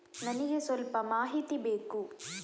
ನನಿಗೆ ಸ್ವಲ್ಪ ಮಾಹಿತಿ ಬೇಕು